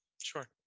Sure